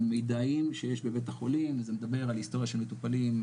על מיידעים שיש לבית החולים וזה מדבר על היסטוריה של מטופלים,